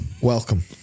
Welcome